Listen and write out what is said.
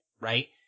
right